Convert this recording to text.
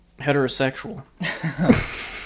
heterosexual